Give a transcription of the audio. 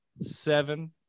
seven